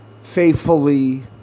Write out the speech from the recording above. faithfully